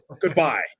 Goodbye